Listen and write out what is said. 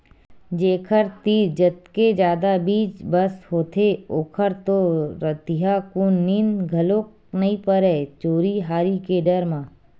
जेखर तीर जतके जादा चीज बस होथे ओखर तो रतिहाकुन नींद घलोक नइ परय चोरी हारी के डर म